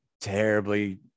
terribly